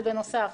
זה בנוסף.